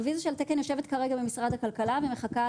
הרוויזיה של התקן יושבת כרגע במשרד הכלכלה ומחכה